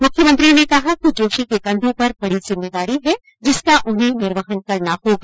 मुख्यमंत्री ने कहा कि जोशी के कंधो पर बड़ी जिम्मेदारी है जिसका उन्हें निर्वहन करना होगा